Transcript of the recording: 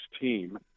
team